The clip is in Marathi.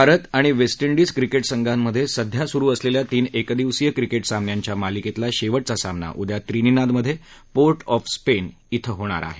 भारत अणि वेस्ट इंडिज क्रिकेटसंघांमधे सध्या सुरु असलेल्या तीन एकदिवसीय क्रिकेट सामन्यांच्या मालिकेतला शेवटचा सामना उद्या त्रिनिदादमधे पोर्ट ऑफ स्पेन इथं होणार आहे